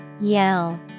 Yell